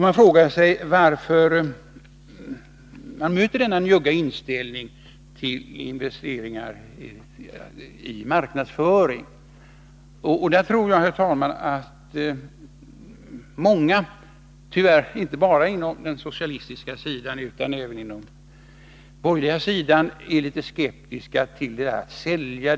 Man frågar sig varför man möter denna njugga inställning till investeringar i marknadsföring. Jag tror, herr talman, att många — tyvärr inte bara på den socialistiska sidan utan även på den borgerliga sidan — är litet skeptiska till detta med att sälja.